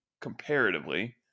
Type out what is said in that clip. comparatively